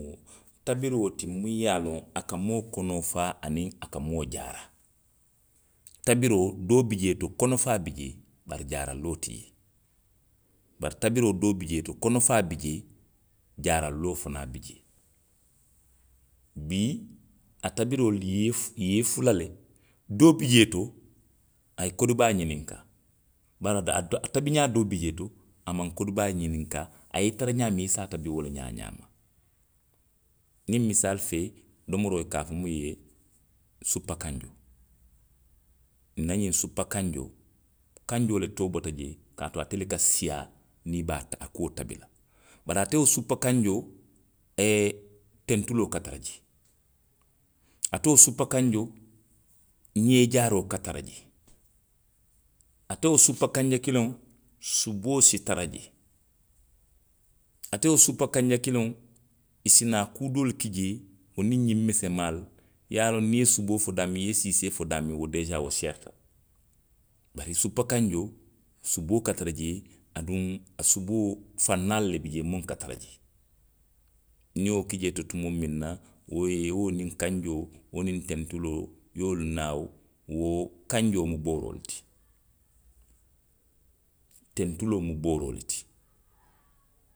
Iyoo, tabiroo diŋo muŋ ye a loŋ a ka moo konoo faa aniŋ a ka moo jaaratabiroo, doo bi jee to. kono faa bi jee. bari jaaraloo ti jee. Bari tabiroo doo bi jee to, kono faa bi jee, bari jaaraloo fanaŋ bi jee. Bii a tabiroo i ye fu, i ye fula le. doo bi jee to. a ye kodi baa ňininkaa. bari a, a tabiňaa doo bi jee to. a maŋ kodi baa ňininkaa, a ye i taa ňaamiŋ, i se a tabi wo le ňaa, ňaama. Niŋ misaalifee. domoroo i ka a fo muŋ supakanjoo, nna ňiŋ supakanjoo. kanjoo le too bota jee, kaatu ate le ka siiyaa, niŋ i be a, niŋ i be a kuo tabi la. Bari ate wo supakanjoo,, tetuloo ka tara jee. Ate wo supakanjoo, ňee jaaroo ka tara jee. Ate wo supakanja kiliŋo. suboo si tara jee. Ate wo supakanja kiliŋo. i si naa kuu doolu ki jee, wo niŋ ňiŋ mesemaalu. I ye a loŋ niŋ i ye suboo fo daamiŋ, i ye siisee fo daamiŋ, wo deesaa wo seerita le. Bari supakanjoo. suboo ka tara jee. Aduŋ a suboo, fannaalu le bi jee miŋ ka tara jee. Niŋ i ye wo ki jee to tumoo minna, wo i ye wo niŋ kanjoo, wo niŋ tentuloo, i ye wolu naawu, wo kanjoo mu booroo le ti. Tentuloo mu booroo le ti.